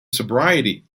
sobriety